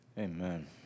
Amen